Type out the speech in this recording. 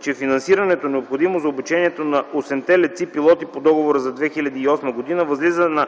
че финансирането, необходимо за обучението на осемте летци-пилоти по договора за 2008 г., възлиза на